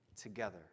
together